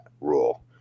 rule